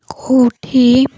କେଉଁଠି